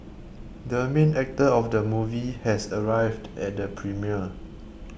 the main actor of the movie has arrived at the premiere